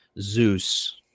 Zeus